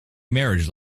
marriage